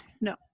no